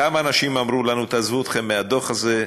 כמה אנשים אמרו לנו: תעזבו אתכם מהדוח הזה.